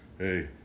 Hey